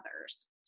others